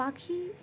পাখি